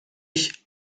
ich